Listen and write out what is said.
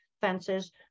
fences